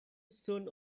soon